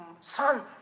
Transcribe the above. son